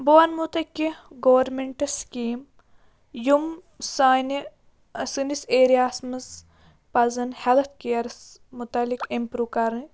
بہٕ وَنمو تۄہہِ کینٛہہ گورمٮ۪نٛٹہٕ سِکیٖم یِم سانہِ سٲنِس ایریاہَس منٛز پَزَن ہٮ۪لٕتھ کِیَرَس متعلق اِمپروٗ کَرٕنۍ